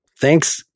Thanks